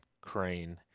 Crane